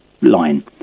line